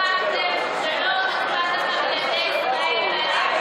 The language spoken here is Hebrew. הוכחתם שלא, איילת,